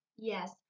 Yes